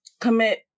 commit